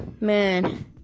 Man